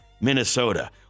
Minnesota